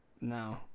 No